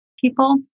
people